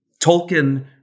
Tolkien